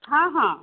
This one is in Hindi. हाँ हाँ